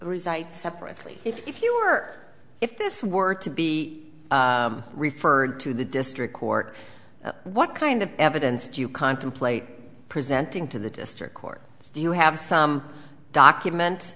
reside separately if you were if this were to be referred to the district court what kind of evidence do you contemplate presenting to the district court do you have some document